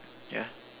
ya